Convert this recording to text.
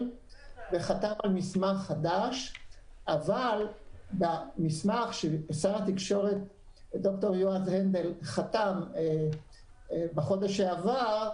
וחתם על מסמך חדש אבל במסמך של שר התקשורת יועז הנדל חתם בחודש שעבר,